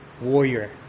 Warrior